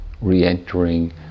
Re-entering